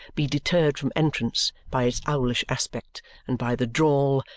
be deterred from entrance by its owlish aspect and by the drawl,